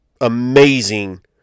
amazing